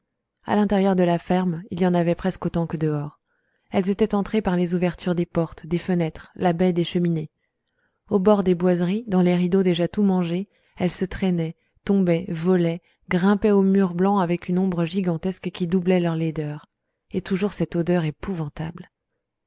à l'intérieur de la ferme il y en avait presque autant que dehors elles étaient entrées par les ouvertures des portes des fenêtres la baie des cheminées au bord des boiseries dans les rideaux déjà tout mangés elles se traînaient tombaient volaient grimpaient aux murs blancs avec une ombre gigantesque qui doublait leur laideur et toujours cette odeur épouvantable